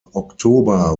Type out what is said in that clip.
oktober